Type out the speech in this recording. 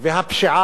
והפשיעה